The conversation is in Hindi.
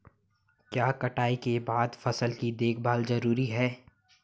क्या कटाई के बाद फसल की देखभाल जरूरी है?